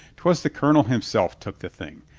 twas the colonel him self took the thing.